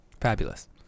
Fabulous